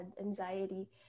anxiety